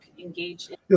engaged